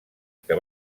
que